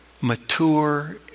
mature